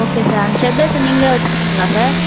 okay sir அந்த stabiliser நீங்களே வைச்சிருக்கிங்களா சார்